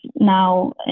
now